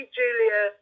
julia